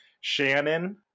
Shannon